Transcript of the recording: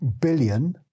billion